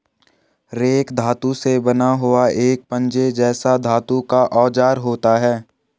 rake धातु से बना हुआ एक पंजे जैसा धातु का औजार होता है